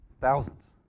thousands